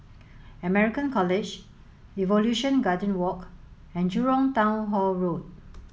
American College Evolution Garden Walk and Jurong Town Hall Road